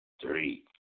three